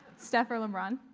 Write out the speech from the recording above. steph or lebron?